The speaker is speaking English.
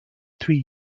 three